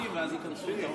אל תפסיק אותו.